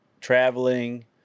traveling